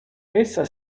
essa